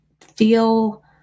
feel